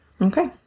Okay